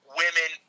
women